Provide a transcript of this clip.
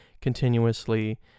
continuously